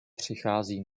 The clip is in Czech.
přichází